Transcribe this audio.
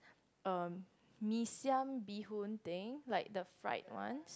um mee siam bee hoon thing like the fried ones